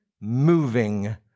Moving